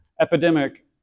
epidemic